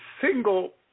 single